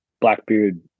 Blackbeard